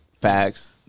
Facts